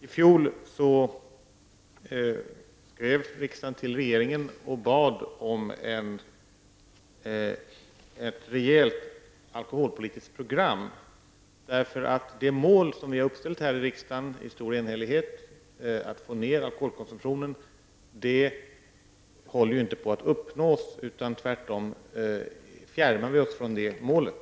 I fjol skrev riksdagen till regeringen och bad om ett rejält alkoholpolitiskt program. Det mål som vi i stor enhällighet har uppställt här i riksdagen, dvs. att få ned alkoholkonsumtionen, håller nämligen inte på att uppnås, utan tvärtom fjärmar vi oss från det målet.